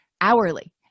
hourly